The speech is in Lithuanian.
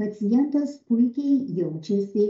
pacientas puikiai jaučiasi